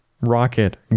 Rocket